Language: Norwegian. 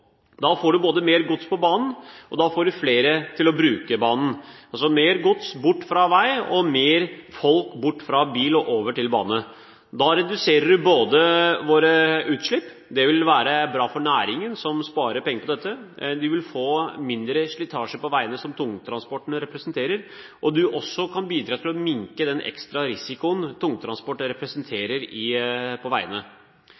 Da får man mer gods på banen, og man får flere til å bruke banen. Altså, mer gods bort fra vei, og flere folk bort fra bil og over til bane. Da reduseres våre utslipp. Det vil være bra for næringen, som sparer penger på dette. Man vil få mindre slitasje på veiene, noe som tungtransporten skaper. Man vil også bidra til å minske den ekstra risikoen som tungtransporten representerer på veiene. Jeg takker for den gode debatten. Venstre ønsker å få til